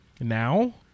now